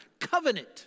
covenant